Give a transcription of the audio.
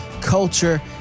culture